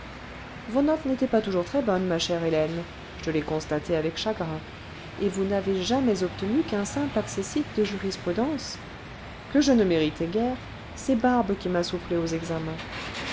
vos notes n'étaient pas toujours très bonnes ma chère hélène je l'ai constaté avec chagrin et vous n'avez jamais obtenu qu'un simple accessit de jurisprudence que je ne méritais guère c'est barbe qui m'a soufflé aux examens